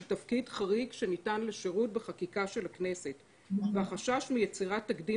תפקיד חריג שניתן לשירות בחקיקה של הכנסת והחשש מיצירת תקדים